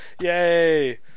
Yay